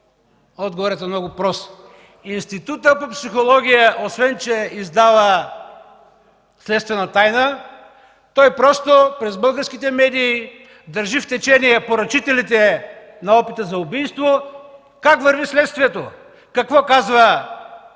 Отговорът е много прост: Институтът по психология, освен че издава следствена тайна, той просто през българските медии държи в течение поръчителите на опита за убийство – как върви следствието, какво казва